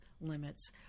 limits